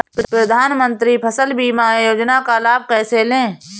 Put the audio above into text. प्रधानमंत्री फसल बीमा योजना का लाभ कैसे लें?